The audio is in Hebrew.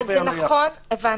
הבנתי.